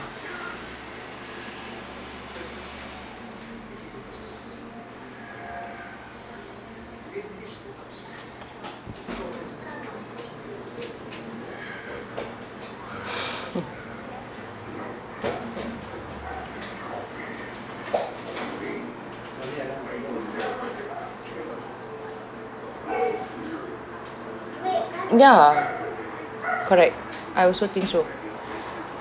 ya correct I also think so